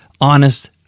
Honest